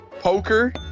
Poker